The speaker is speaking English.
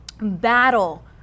battle